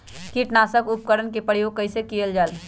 किटनाशक उपकरन का प्रयोग कइसे कियल जाल?